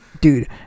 Dude